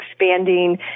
expanding